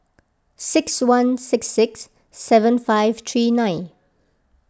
six one six six seven five three nine